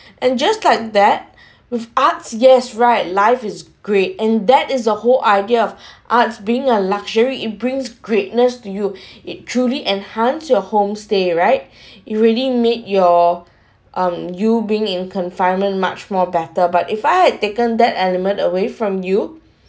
and just like that with arts yes right life is great and that is a whole idea of arts being a luxury it brings greatness to you it truly enhance your home stay right it really made your um you being in confinement much more better but if I had taken that element away from you